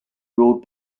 ruled